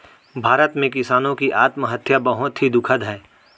भारत में किसानों की आत्महत्या बहुत ही दुखद है